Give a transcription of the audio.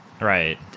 Right